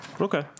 Okay